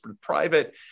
private